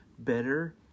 Better